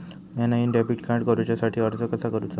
म्या नईन debit card काडुच्या साठी अर्ज कसा करूचा?